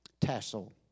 tassel